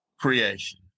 creation